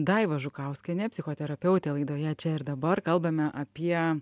daiva žukauskienė psichoterapeutė laidoje čia ir dabar kalbame apie